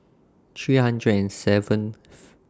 three hundred and seventh